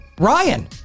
Ryan